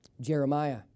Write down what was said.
Jeremiah